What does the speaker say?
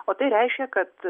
o tai reiškia kad